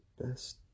Best